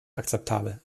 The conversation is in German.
akzeptabel